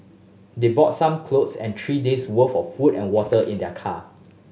they brought some clothes and three days worth of food and water in their car